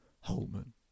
Holman